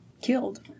killed